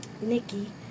Nikki